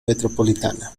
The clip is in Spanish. metropolitana